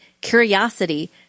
curiosity